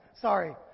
Sorry